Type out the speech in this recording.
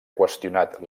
qüestionat